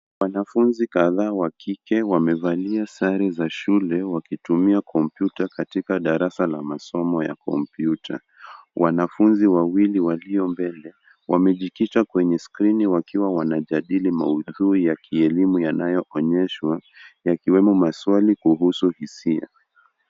Wanafunzi kadhaa wa kike wamevalia sare za shule wakitumia kompyuta katika darasa la masomo ya kompyuta. Wanafunzi wawili walio mbele wamejikita kwenye skrini wakiwa wanajadili maudhui ya kielimu yanaoonyeshwa yakiwemo maswali kuhusu hisia.